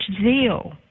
zeal